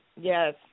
Yes